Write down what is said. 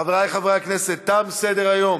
חברי חברי הכנסת, תם סדר-היום.